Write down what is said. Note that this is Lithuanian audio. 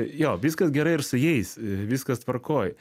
jo viskas gerai ir su jais viskas tvarkoj